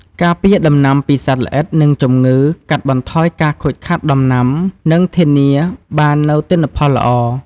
ការពារដំណាំពីសត្វល្អិត និងជំងឺ កាត់បន្ថយការខូចខាតដំណាំ និងធានាបាននូវទិន្នផលល្អ។